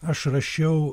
aš rašiau